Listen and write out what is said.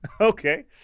Okay